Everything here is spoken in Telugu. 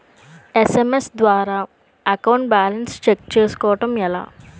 ఎస్.ఎం.ఎస్ ద్వారా అకౌంట్ బాలన్స్ చెక్ చేసుకోవటం ఎలా?